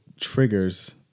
triggers